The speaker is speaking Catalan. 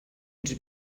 uns